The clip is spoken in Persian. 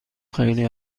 خیلی